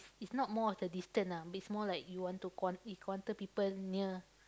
it's not more of the distance lah it's more like you want to quan~ you people near